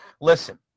Listen